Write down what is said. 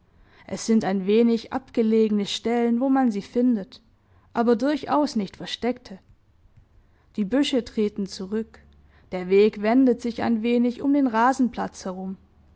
es sind ein wenig abgelegene stellen wo man sie findet aber durchaus nicht versteckte die büsche treten zurück der weg wendet sich ein wenig um den rasenplatz herum